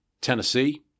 Tennessee